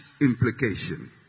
implication